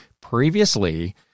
Previously